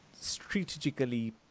strategically